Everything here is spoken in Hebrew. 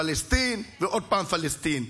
פלסטין ועוד פעם פלסטין.